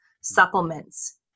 supplements